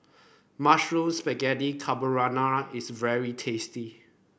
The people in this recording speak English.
Mushroom Spaghetti Carbonara is very tasty